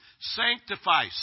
Sanctify